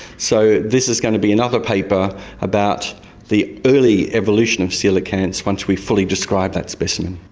so this is going to be another paper about the early evolution of coelacanths once we've fully described that specimen.